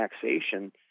taxation